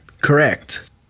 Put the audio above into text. Correct